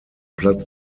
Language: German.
platz